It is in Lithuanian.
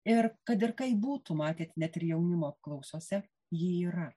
ir kad ir kaip būtų matėt net ir jaunimo apklausose ji yra